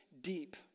deep